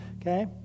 okay